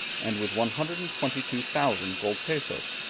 and with one hundred and twenty two thousand gold pesos.